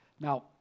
now